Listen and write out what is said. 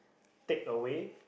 take away